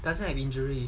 doesn't have injury